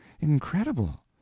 incredible